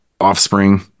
offspring